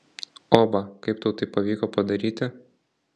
oba kaip tau tai pavyko padaryti